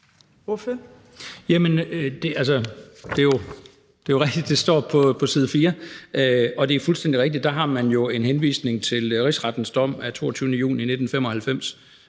det står på side 4, og det er fuldstændig rigtigt, at man dér har en henvisning til Rigsrettens dom af 22. juli 1995,